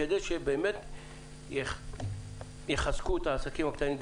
כדי שיחזקו את העסקים הקטנים,